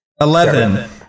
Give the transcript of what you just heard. Eleven